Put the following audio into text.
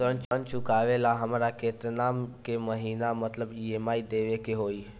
ऋण चुकावेला हमरा केतना के महीना मतलब ई.एम.आई देवे के होई?